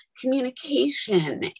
communication